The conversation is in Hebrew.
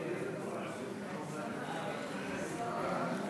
זה לא משנה את תוצאות